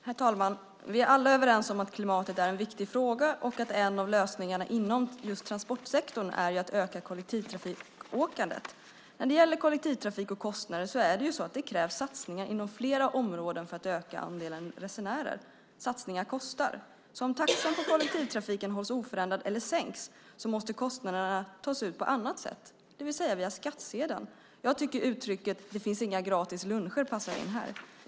Herr talman! Vi är alla överens om att klimatet är en viktig fråga och att en av lösningarna inom just transportsektorn är att öka kollektivtrafikåkandet. När det gäller kollektivtrafik och kostnader krävs det satsningar inom fler områden för att öka andelen resenärer. Satsningar kostar. Om taxan på kollektivtrafiken hålls oförändrad eller sänks måste kostnaderna tas ut på annat sätt, det vill säga via skattsedeln. Jag tycker att uttrycket "det finns inga gratis luncher" passar in här.